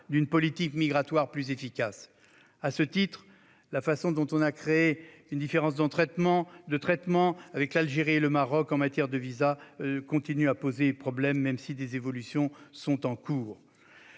d'une politique migratoire plus efficace. À ce titre, la façon dont on a créé une différence de traitement entre l'Algérie et le Maroc en matière de visas continue de poser des problèmes, même si des évolutions sont en cours.